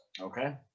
Okay